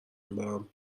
برم